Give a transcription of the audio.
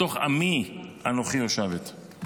"בתוך עמי אנֹכי יֹשבת".